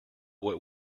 what